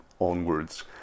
onwards